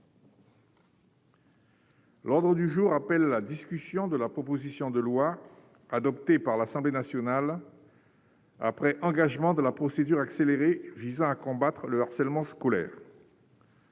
L'ordre du jour appelle la discussion de la proposition de loi adoptée par l'Assemblée nationale. Après engagement de la procédure accélérée visant à combattre le harcèlement scolaire.